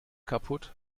kaputt